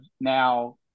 now